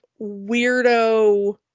weirdo